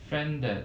friend that